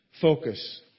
focus